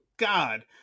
God